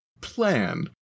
plan